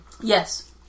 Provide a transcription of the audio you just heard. Yes